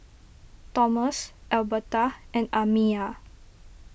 Tomas Elberta and Amiya